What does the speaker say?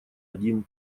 один